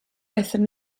aethon